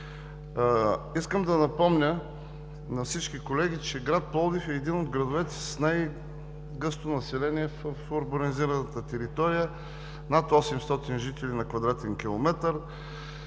Искам да напомня на всички колеги, че град Пловдив е един от градовете с най-гъсто население в урбанизираната територия – над 800 жители на кв. км.